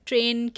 Train